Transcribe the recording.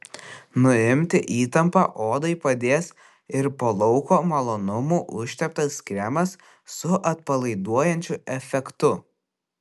nuimti įtampą odai padės ir po lauko malonumų užteptas kremas su atpalaiduojančiu efektu